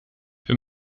wir